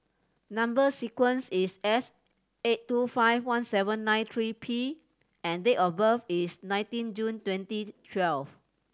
number sequence is S eight two five one seven nine three P and date of birth is nineteen June twenty twelve